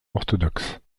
orthodoxe